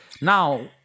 Now